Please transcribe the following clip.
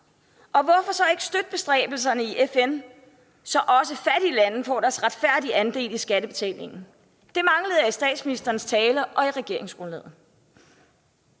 Og hvorfor så ikke støtte bestræbelserne i FN, så også fattige lande får deres retfærdige andel i skattebetalingen? Det manglede jeg i statsministerens tale og i regeringsgrundlaget.